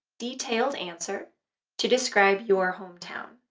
detailed answer to describe your hometown.